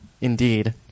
indeed